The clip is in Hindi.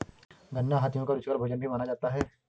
गन्ना हाथियों का रुचिकर भोजन भी माना जाता है